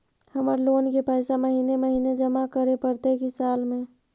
हमर लोन के पैसा महिने महिने जमा करे पड़तै कि साल में?